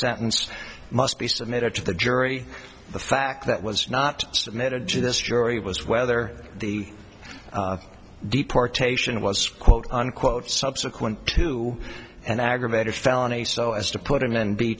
sentence must be submitted to the jury the fact that was not submitted to this jury was whether the deportation was quote unquote subsequent to an aggravated felony so as to put him and be